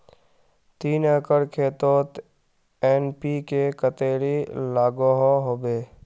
तीन एकर खेतोत एन.पी.के कतेरी लागोहो होबे?